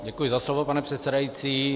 Děkuji za slovo, pane předsedající.